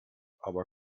aber